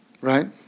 right